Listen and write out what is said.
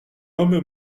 homme